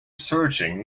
searching